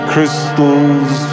Crystals